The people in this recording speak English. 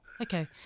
Okay